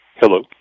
Hello